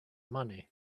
money